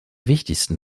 wichtigsten